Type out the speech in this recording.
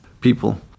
people